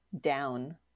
Down